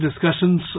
discussions